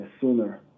sooner